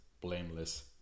blameless